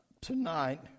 tonight